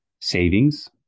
savings